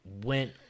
went